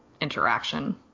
interaction